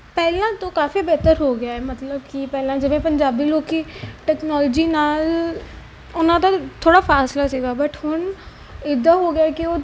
ਪਹਿਲਾਂ ਤੋਂ ਕਾਫੀ ਬਿਹਤਰ ਹੋ ਗਿਆ ਮਤਲਬ ਕਿ ਪਹਿਲਾਂ ਜਿਵੇਂ ਪੰਜਾਬੀ ਲੋਕ ਟੈਕਨੋਲੋਜੀ ਨਾਲ ਉਹਨਾਂ ਦਾ ਥੋੜ੍ਹਾ ਫਾਸਲਾ ਸੀਗਾ ਬਟ ਹੁਣ ਇੱਦਾਂ ਹੋ ਗਿਆ ਕਿ ਉਹ